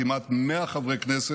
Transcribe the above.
כמעט 100 חברי כנסת,